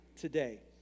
today